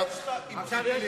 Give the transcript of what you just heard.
מה יש לך עם ציפי לבני?